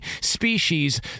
species